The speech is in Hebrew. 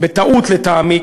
בטעות לטעמי,